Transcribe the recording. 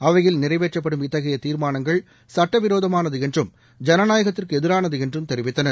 அவையில் நிறைவேற்றப்படும் இத்தகைய தீர்மானங்கள் சட்ட விரோதமானது என்றும் ஜனநாயகத்திற்கு எதிரானது என்றும் தெரிவித்தனர்